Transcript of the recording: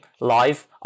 live